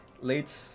late